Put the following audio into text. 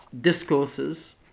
discourses